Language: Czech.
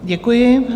Děkuji.